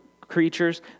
creatures